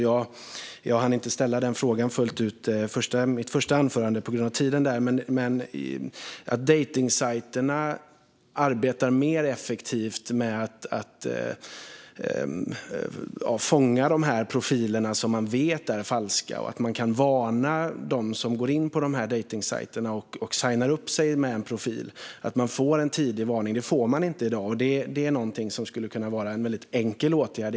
Jag hann inte ställa frågan fullt ut i mitt första inlägg på grund av talartiden, men det är viktigt att dejtningssajterna arbetar mer effektivt med att fånga de här profilerna som man vet är falska och att man kan varna dem som går in på dejtningssajterna och sajnar upp sig med en profil. Så är det inte i dag, och detta är någonting som egentligen skulle kunna vara en väldigt enkel åtgärd.